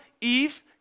Eve